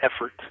effort